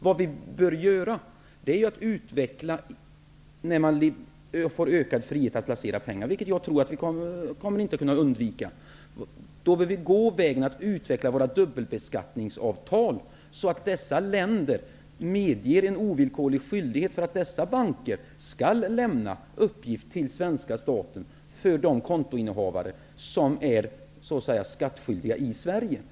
Vad vi bör göra när friheten att placera pengar ökar -- vilket jag tror att vi inte kommer att kunna undvika -- är att gå den vägen där vi kan utveckla våra dubbelbeskattningsavtal, så att dessa länder medger en ovillkorlig skyldighet för dessa banker att lämna uppgift till svenska staten om de kontoinnehavare som är skattskyldiga i Sverige.